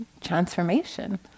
transformation